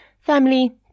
family